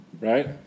right